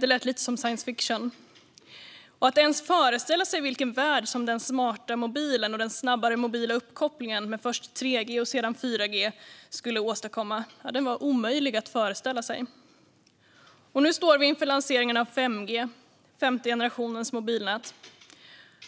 Det lät lite som science fiction. Det var omöjligt att ens föreställa sig vilken värld som den smarta mobilen och den snabbare mobila uppkopplingen med först 3G och sedan 4G skulle åstadkomma. Men nu står vi inför lanseringen av 5G, den femte generationens mobilnät.